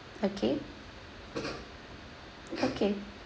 okay okay